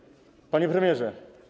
Panie Premierze!